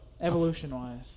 Evolution-wise